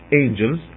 angels